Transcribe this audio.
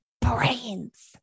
brains